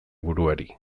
buruari